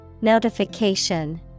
Notification